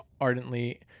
ardently